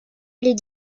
les